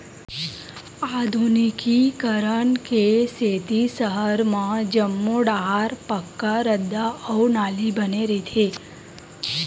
आधुनिकीकरन के सेती सहर म जम्मो डाहर पक्का रद्दा अउ नाली बने रहिथे